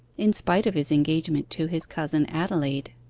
in spite of his engagement to his cousin adelaide.